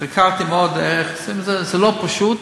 חקרתי מאוד איך, זה לא פשוט,